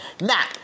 now